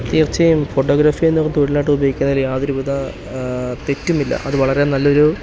തീർച്ചയായും ഫോട്ടോഗ്രാഫിയെന്നാ തൊഴിലാട്ട് ഉപയോഗിക്കുന്നതിൽ യാതൊരു വിധ തെറ്റുമില്ല അത് വളരെ നല്ലൊരു